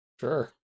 Sure